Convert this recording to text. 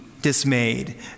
dismayed